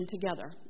together